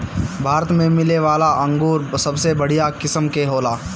भारत में मिलेवाला अंगूर सबसे बढ़िया किस्म के होला